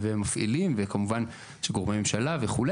מפעילים וכמובן יש גורמי ממשלה וכו',